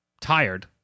tired